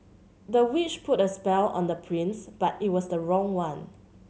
the witch put a spell on the prince but it was the wrong one